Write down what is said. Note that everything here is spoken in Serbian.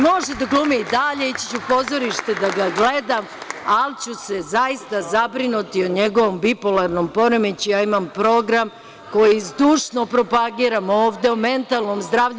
Može da glumi i dalje, ići ću u pozorište da ga gledam, ali ću se zaista zabrinuti o njegovom bipolarnom poremećaju, ja imam program koji zdušno propagiram ovde o mentalnom zdravlju.